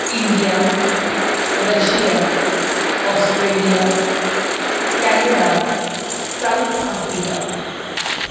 India Russia Australia Canada South Africa